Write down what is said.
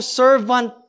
servant